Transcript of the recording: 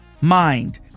mind